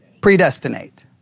predestinate